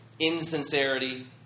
Insincerity